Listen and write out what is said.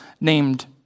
named